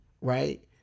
Right